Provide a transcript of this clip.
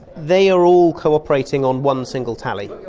they are all cooperating on one single tally,